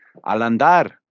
Alandar